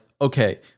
okay